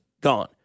gone